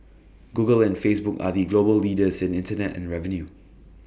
Google and Facebook are the global leaders in Internet Ad revenue